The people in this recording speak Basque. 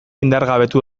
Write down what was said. indargabetu